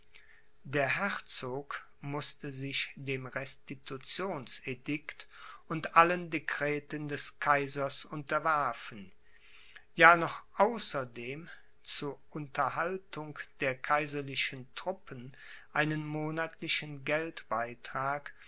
der herzog mußte sich dem restitutionsedikt und allen dekreten des kaisers unterwerfen ja noch außerdem zu unterhaltung der kaiserlichen truppen einen monatlichen geldbeitrag